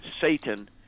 Satan